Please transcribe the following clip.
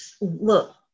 look